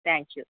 thank you